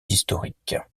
historiques